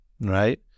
right